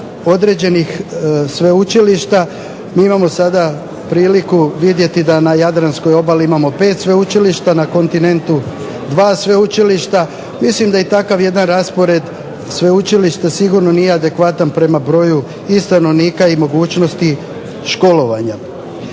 određenih sveučilišta. Mi imamo sada priliku vidjeti da na jadranskoj obali imao 5 sveučilišta, na kontinentu 2 sveučilišta. Mislim da je takav jedan raspored sveučilišta sigurno nije adekvatan prema broju i stanovnika i mogućnosti školovanja.